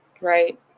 right